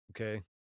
Okay